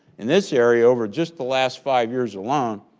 in this area, over just the last five years alone,